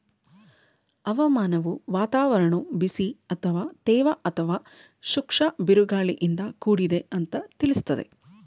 ಹವಾಮಾನವು ವಾತಾವರಣವು ಬಿಸಿ ಅಥವಾ ತೇವ ಅಥವಾ ಶುಷ್ಕ ಬಿರುಗಾಳಿಯಿಂದ ಕೂಡಿದೆ ಅಂತ ತಿಳಿಸ್ತದೆ